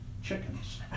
chickens